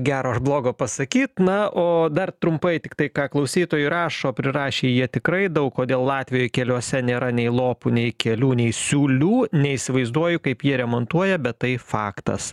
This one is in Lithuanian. gero ar blogo pasakyt na o dar trumpai tiktai ką klausytojai rašo prirašė jie tikrai daug kodėl latvijoj keliuose nėra nei lopų nei kelių nei siūlių neįsivaizduoju kaip jie remontuoja bet tai faktas